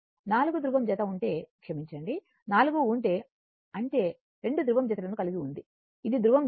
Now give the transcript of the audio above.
4 ధృవం జత ఉంటే క్షమించండి 4 ధృవం ఉంటే అంటే 2 ధృవం జతలను కలిగి ఉంది ఇది ధృవం జతలు